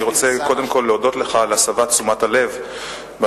אני רוצה קודם כול להודות לך על הסבת תשומת הלב בנושא